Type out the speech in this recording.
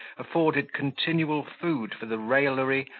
afforded continual food for the raillery,